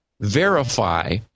verify